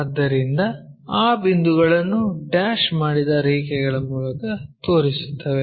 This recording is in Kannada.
ಆದ್ದರಿಂದ ಆ ಬಿಂದುಗಳನ್ನು ಡ್ಯಾಶ್ ಮಾಡಿದ ರೇಖೆಗಳ ಮೂಲಕ ತೋರಿಸುತ್ತವೆ